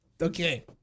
okay